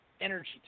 energy